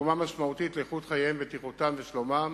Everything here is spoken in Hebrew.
ולתרומה משמעותית לאיכות חייהם, בטיחותם ושלומם